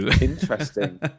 interesting